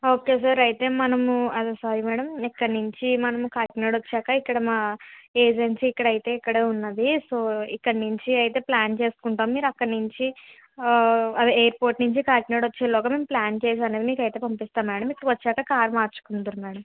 okay sir అయితే మనము అదే సారీ మేడం ఇక్కడ నుంచి మనం కాకినాడ వచ్చాక ఇక్కడ మా ఏజెన్సీ ఇక్కడైతే ఇక్కడే ఉన్నాది సో ఇక్కడ నుంచి అయితే ప్లాన్ చేసుకుంటాం మీరు అక్కడనుంచి ఎయిర్పోర్ట్ నుంచి కాకినాడ వచ్చేలోగా మేము ప్లాన్ చేసి అది మీకయితే పంపిస్తాము మేడం మీరు వచ్చాక కార్ మార్చుకుందురు మేడం